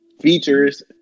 features